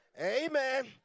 Amen